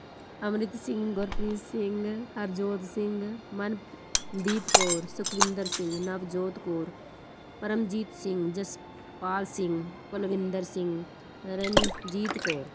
Amrit Singh Gurpreet Singh Harjot Singh Mandeep Kaur Sukhwinder Singh Navjot Kaur Paramjit Singh Jaspal Singh Kulwinder Singh Ranjit Kaur